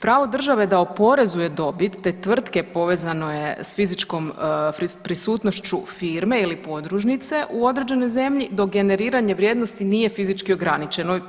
Pravo države da oporezuje dobit te tvrtke, povezano je s fizičkom prisutnošću firme ili podružnice u određenoj zemlji dok generiranje vrijednosti nije fizički ograničeno.